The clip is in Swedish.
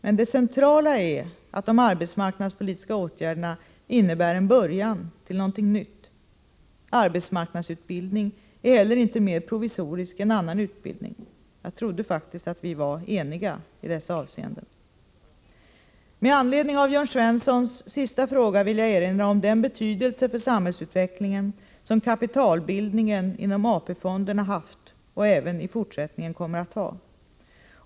Men det centrala är att de arbetsmarknadspolitiska åtgärderna innebär en början till något nytt. Arbetsmarknadsutbildning är heller inte mer provisorisk än annan utbildning. Jag trodde faktiskt att vi var eniga i dessa avseenden. Med anledning av Jörn Svenssons sista fråga vill jag erinra om den betydelse för samhällsutvecklingen som kapitalbildningen inom AP-fonderna haft och även i fortsättningen kommer att ha.